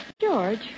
George